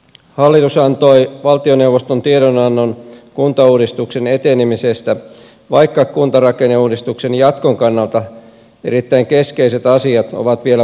hallitus antoi valtioneuvoston tiedonannon kuntauudistuksen etenemisestä vaikka kuntarakenneuudistuksen jatkon kannalta erittäin keskeiset asiat ovat vielä pahasti kesken